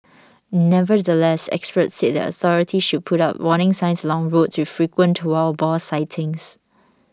nevertheless experts said that authorities should put up warning signs along roads with frequent to our boar sightings